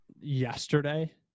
yesterday